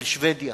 על שבדיה.